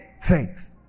faith